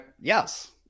yes